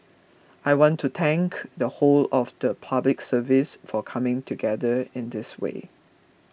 I want to thank the whole of the Public Service for coming together in this way